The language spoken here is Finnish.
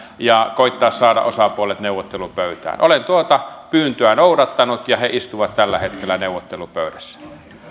ja koettaa saada osapuolet neuvottelupöytään olen tuota pyyntöä noudattanut ja he istuvat tällä hetkellä neuvottelupöydässä